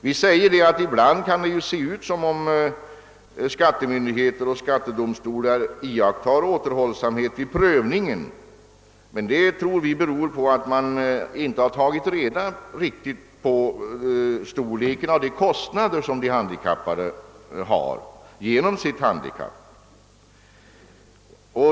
Vi påpekar också att det ibland kan se ut som om skattemyndigheter och skattedomstolar iakttar återhållsamhet vid prövningen, men det tror vi beror på att vederbörande inte riktigt har tagit reda på alla de kostnader, som de handikappade orsakas av sitt handikapp.